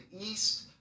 east